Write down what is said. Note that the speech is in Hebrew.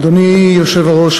אדוני היושב-ראש,